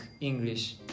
English